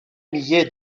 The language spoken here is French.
millet